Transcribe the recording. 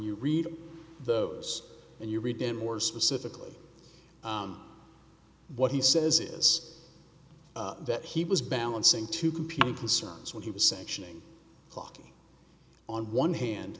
you read those and you read and more specifically what he says is that he was balancing two competing concerns when he was sanctioning clocky on one hand